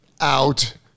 Out